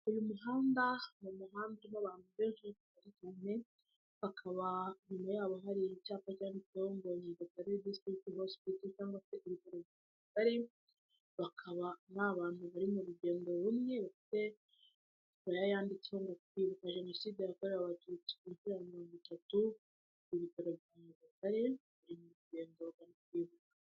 Uyu muhanda ni umuhanda usobanutse urimo abantu benshi, hakaba hari icyapa cyanditseho ngo nyagatare disitirigiti hosipito cyangwa se ibitaro bya nyagatare, bakaba n'abantu bari mu rugendo rumwe, bafite maya yanditseho ngo kwibuka jenoside yakorewe abatutsi ku nshuro ya mirongo itatu ku bitaro mu rugendo rwo kwibuka.